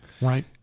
Right